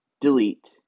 delete